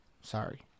Sorry